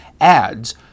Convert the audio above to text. adds